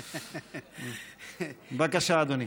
בבקשה, אדוני.